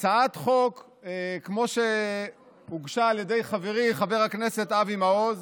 הצעת חוק כמו שהוגשה על ידי חברי חבר הכנסת אבי מעוז